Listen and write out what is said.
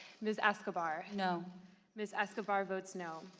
ms. escobar you know ms. escobar votes no.